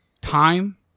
time